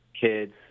kids